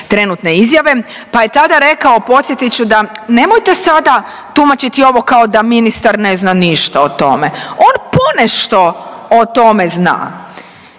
trenutne izjave. Pa je tada rekao podsjetit ću, da nemojte sada tumačiti ovo kao da ministar ne zna ništa o tome, on ponešto o tome zna,